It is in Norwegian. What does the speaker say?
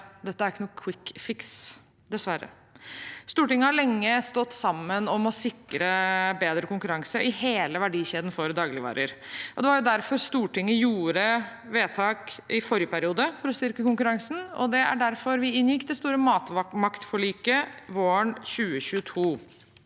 Dette er ikke noen kvikkfiks, dessverre. Stortinget har lenge stått sammen om å sikre bedre konkurranse i hele verdikjeden for dagligvarer. Det var derfor Stortinget fattet vedtak i forrige periode for å styrke konkurransen, og det er derfor vi inngikk det store matmaktforliket våren 2022.